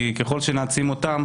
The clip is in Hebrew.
ככל שנעצים אותם,